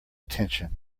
attention